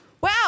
Wow